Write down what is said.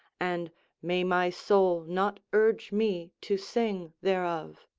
and may my soul not urge me to sing thereof.